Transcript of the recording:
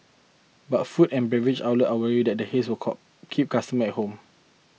but food and beverage outlet are worried that the haze will call keep customer at home